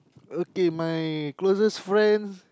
okay my closest friend